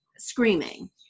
Screaming